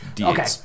okay